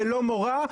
ללא מורא,